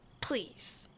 Please